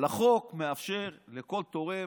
אבל החוק מאפשר לכל תורם,